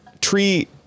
tree